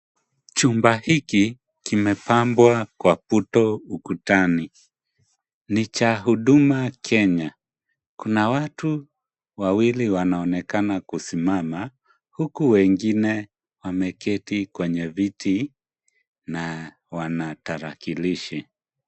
Chumba hiki kimepambwa kwa buto ukutani. Ni cha huduma Kenya. Kuna watu wawili wanaonekana kusimama huku wengine wameketi kwenye viti naa wana tarakilishi.